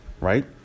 right